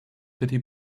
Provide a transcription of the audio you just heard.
city